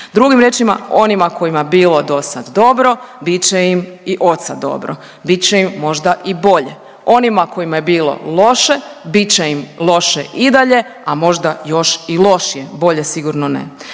Drugim riječima, onima koja je bilo dosad dobro bit će im i odsad dobro, bit će im možda i bolje. Onima kojima je bilo loše, bit će im loše i dalje, a možda još i lošije. Bolje sigurno ne.